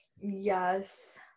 yes